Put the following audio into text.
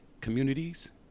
communities